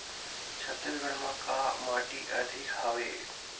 छत्तीसगढ़ म का माटी अधिक हवे?